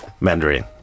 Mandarin